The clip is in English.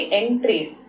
entries